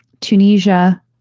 Tunisia